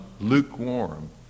lukewarm